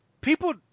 people